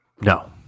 No